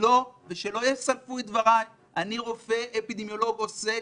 ושלא יסלפו את דבריי אני רופא אפידמיולוג עוסק